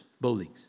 buildings